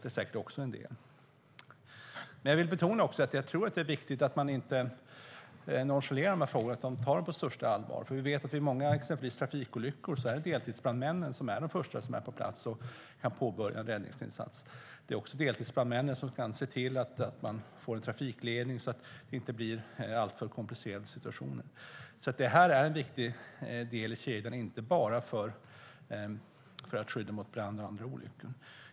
Det är säkert också en del i det hela. Jag vill betona att det är viktigt att man inte nonchalerar de här frågorna utan tar dem på största allvar. Vi vet att det exempelvis vid många trafikolyckor är deltidsbrandmännen som är de första på plats och kan påbörja räddningsinsatsen. Det är också deltidsbrandmännen som kan se till att trafiken fungerar så att inte alltför komplicerade situationer uppstår. De är en viktig del i kedjan, inte bara för att skydda mot brand utan också vid andra olyckor.